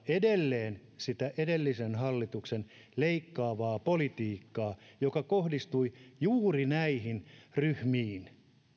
edelleen sitä edellisen hallituksen leikkaavaa politiikkaa joka kohdistui juuri näihin ryhmiin